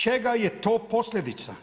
Čega je to posljedica?